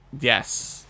Yes